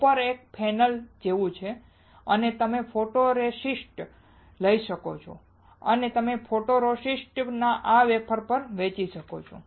dropper એક funnel જેવું છે અને તમે ફોટોરોસિસ્ટ લઈ શકો છો અને તમે ફોટોરોસિસ્ટ ને આ વેફર પર વહેંચી શકો છો